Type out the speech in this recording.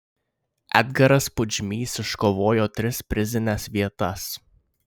edgaras pudžmys iškovojo tris prizines vietas